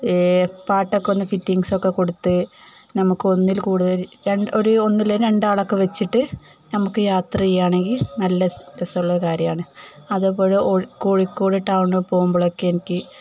പാട്ടൊക്കെ ഒന്ന് ഫിറ്റിങ്സൊക്കെ കൊടുത്ത് നമുക്ക് ഒന്നിൽ കൂടുതല് ഒരു ഒന്നില്ലെങ്കില് രണ്ടാളൊക്കെ വെച്ചിട്ട് നമുക്ക് യാത്ര ചെയ്യുകയാണെങ്കില് നല്ല രസമുള്ള കാര്യമാണ് അതേപോലെ കോഴിക്കോട് ടൗണില് പോകുമ്പോഴൊക്കെ എനിക്ക്